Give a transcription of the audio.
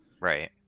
Right